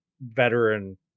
veteran